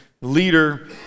leader